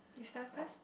you start first